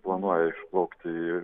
planuoja išplaukti